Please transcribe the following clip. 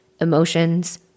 emotions